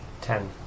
Ten